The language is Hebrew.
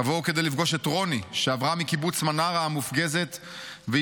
תבואו כדי לפגוש את רוני שעברה מקיבוץ מנרה המופגז והשתלבה